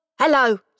Hello